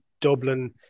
Dublin